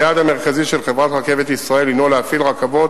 היעד המרכזי של חברת "רכבת ישראל" הינו להפעיל רכבות